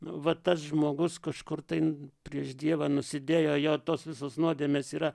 nu va tas žmogus kažkur tai prieš dievą nusidėjo jo tos visos nuodėmės yra